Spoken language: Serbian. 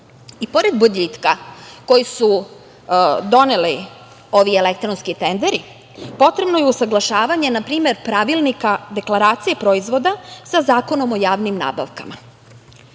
dolazi. Pored boljitka koji su doneli ovi elektronski tenderi , potrebno je usaglašavanje pravilnika deklaracije proizvoda sa Zakonom o javnim nabavkama.